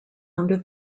under